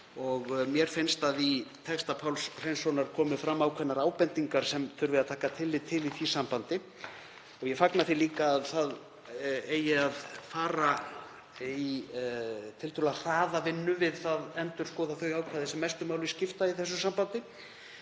Mér finnst að í texta Páls Hreinssonar komi fram ákveðnar ábendingar sem þurfi að taka tillit til í því sambandi. Ég fagna því líka að það eigi að fara í tiltölulega hraða vinnu við að endurskoða þau ákvæði sem mestu máli skipta í þessu sambandi